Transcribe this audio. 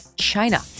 China